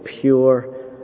pure